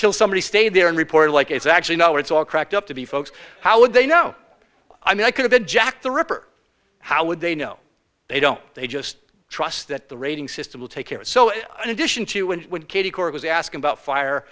till somebody stay there and report like it's actually no it's all cracked up to be folks how would they know i mean i could've been jack the ripper how would they know they don't they just trust that the rating system will take care so in addition to when when katie couric was asking about fire